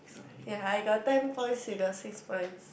ya I got ten points you got six points